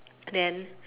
then